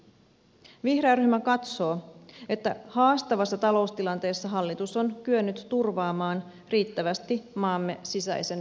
vihreä ryhmä katsoo että haastavassa taloustilanteessa hallitus on kyennyt turvaamaan riittävästi maamme sisäisen turvallisuuden